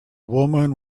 woman